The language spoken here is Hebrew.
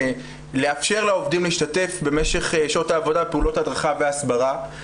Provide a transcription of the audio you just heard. לאפשר לעובדים להשתתף במשך שעות העבודה בפעולות הדרכה והסברה,